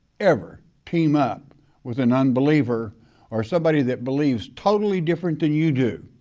ever team up with an unbeliever or somebody that believes totally different than you do.